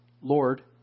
Lord